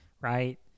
right